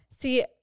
See